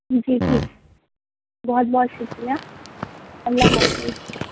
جی ٹھیک ہے بہت بہت شُکریہ اللہ حافظ